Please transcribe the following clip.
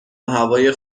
هوای